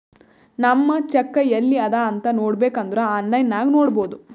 ನಮ್ ಚೆಕ್ ಎಲ್ಲಿ ಅದಾ ಅಂತ್ ನೋಡಬೇಕ್ ಅಂದುರ್ ಆನ್ಲೈನ್ ನಾಗ್ ನೋಡ್ಬೋದು